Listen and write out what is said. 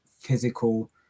physical